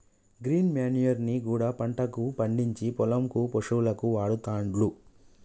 green manure ని కూడా పంటగా పండిచ్చి పొలం కు పశువులకు వాడుతాండ్లు